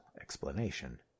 explanation